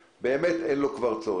באמת כבר אין בו צורך.